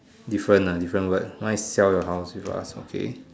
different ah different word mine is sell your house with us okay